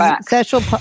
special